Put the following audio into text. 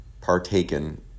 partaken